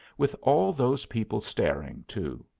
with all those people staring, too.